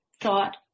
thought